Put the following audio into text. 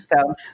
So-